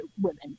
women